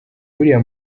buriya